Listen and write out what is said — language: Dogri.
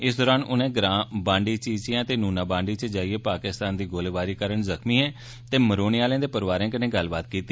इस दौरान उनें ग्रां बंडी चीचीयां ते नूना बंडी च जाइयै पाकिस्तान दी गोलाबारी कारण जख्मिएं ते मरोने आह्लें दे परोआरें कन्नै गल्लबात कीती